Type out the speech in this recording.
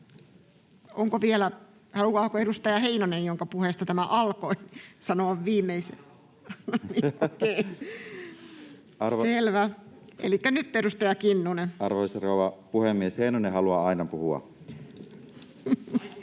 Haluaako edustaja Heinonen, jonka puheesta tämä alkoi, sanoa? — Selvä, elikkä nyt edustaja Kinnunen. Arvoisa rouva puhemies! Heinonen haluaa aina puhua.